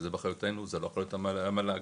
שזה באחריותנו, זה לא באחריות המל"ג.